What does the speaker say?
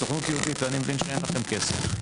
הסוכנות היהודית, אני מבין שאין לכם כסף.